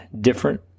different